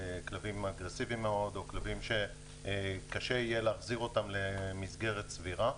כלבים אגרסיביים מאוד או כלבים שקשה יהיה להחזיר אותם למסגרת סבירה.